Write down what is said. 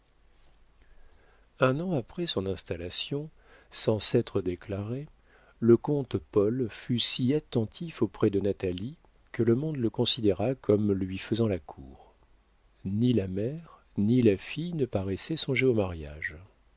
un an après son installation sans s'être déclaré le comte paul fut si attentif auprès de natalie que le monde le considéra comme lui faisant la cour ni la mère ni la fille ne paraissaient songer au mariage